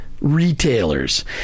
retailers